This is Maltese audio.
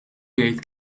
jgħid